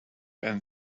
end